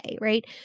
right